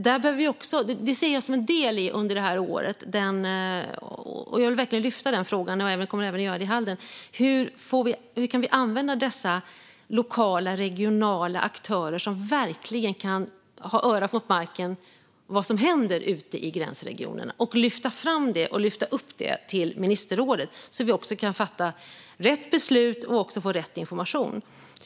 Jag ser det som en del under det här året - jag vill verkligen lyfta frågan och kommer även att göra det i Halden - att titta på hur vi kan använda dessa lokala och regionala aktörer som verkligen kan ha örat mot marken och vet vad som händer ute i gränsregionerna. Sedan får man lyfta fram det och lyfta upp det till ministerrådet så att vi också kan fatta rätt beslut och få rätt information.